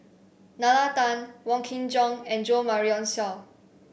Nalla Tan Wong Kin Jong and Jo Marion Seow